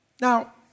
Now